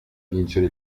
vincere